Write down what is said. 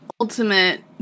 ultimate